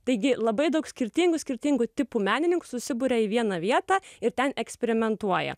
taigi labai daug skirtingų skirtingų tipų menininkų susiburia į vieną vietą ir ten eksperimentuoja